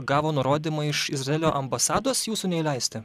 gavo nurodymą iš izraelio ambasados jūsų neįleisti